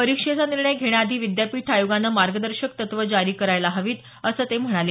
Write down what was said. परीक्षेचा निर्णय घेण्याआधी विद्यापीठ आयोगानं मार्गदर्शक तत्त्व जारी करायला हवीत असं ते म्हणाले